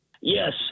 Yes